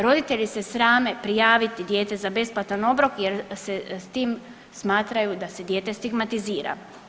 Roditelji se srame prijaviti dijete za besplatan obrok jer se s tim smatraju da se dijete stigmatizira.